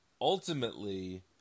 ultimately